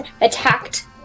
attacked